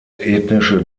ethnische